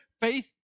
faith